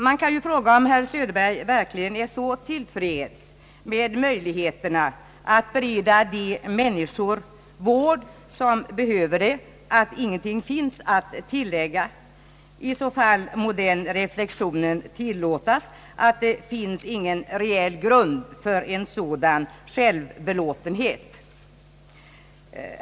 Man kan ju fråga om herr Söderberg verkligen är så till freds med möjligheterna att bereda de människor vård som behöver det, att ingenting finns att tillägga. I så fall må den reflexionen tillåtas, att det inte finns någon reell grund för en sådan självbelåtenhet.